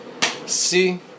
See